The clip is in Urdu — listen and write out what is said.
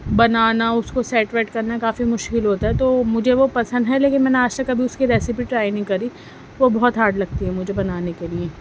بنانا اس کو سیٹ ویٹ کرنا کافی مشکل ہوتا ہے تو مجھے وہ پسند ہے لیکن میں نے آج تک کبھی اس کی ریسپی ٹرائی نہیں کری وہ بہت ہارڈ لگتی ہے مجھے بنانے کے لئے